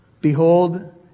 behold